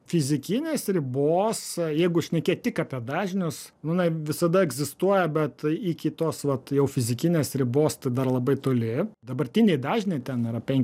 fizikinės ribos jeigu šnekėt tik apie dažnius nu jinai visada egzistuoja bet iki tos vat jau fizikinės ribos tai dar labai toli dabartiniai dažniai ten yra penki